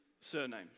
surname